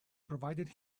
provided